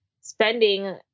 spending